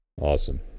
Awesome